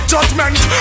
Judgment